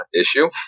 issue